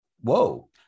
whoa